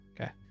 okay